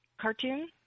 cartoon